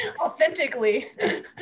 Authentically